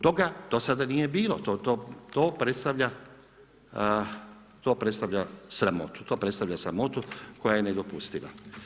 Toga do sada nije bilo, to predstavlja sramotu, to predstavlja sramotu koja je nedopustiva.